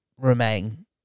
remain